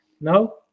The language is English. No